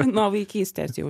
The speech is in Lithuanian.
nuo vaikystės jau